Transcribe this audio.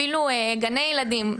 אפילו גני ילדים,